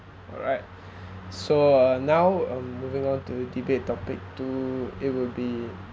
alright so uh now um moving on to debate topic two it would be